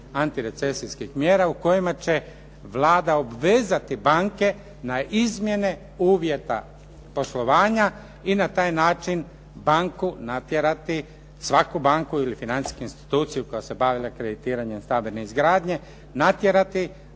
antirecesijskih mjera u kojima će Vlada obvezati banke na izmjene uvjeta poslovanja i na taj način banku natjerati, svaku banku ili financijsku instituciju koja se bavi akreditiranjem stambene izgradnje natjerati